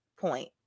point